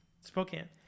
Spokane